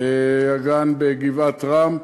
הגן בגבעת-רם,